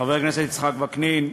חבר הכנסת יצחק וקנין,